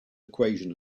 equation